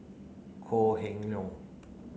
Kok Heng Leun